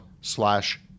slash